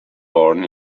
born